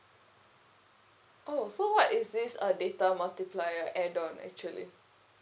oh so what is this uh data multiplier add on actually